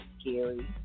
Scary